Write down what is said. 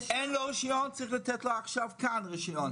אין לו רשיון צריך לתת לו עכשיו כאן רשיון,